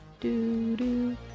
Do-do